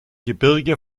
gebirge